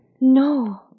No